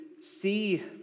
see